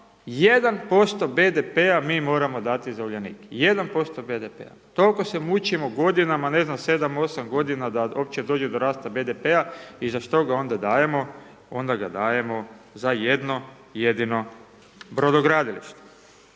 1% BDP-a mi moramo dati za Uljanik, 1% BDP-a. Tolko se mučimo godinama ne znam 7-8 godina da opće dođe do rasta BDP-a i za što ga onda dajemo, onda ga dajemo za jedno jedino brodogradilište.